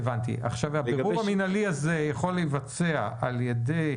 הבירור המינהלי הזה יכול להתבצע על ידי